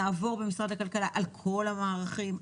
נעבור במשרד הכלכלה על כל המערכים,